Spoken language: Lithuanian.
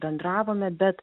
bendravome bet